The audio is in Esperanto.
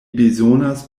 bezonas